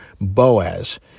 Boaz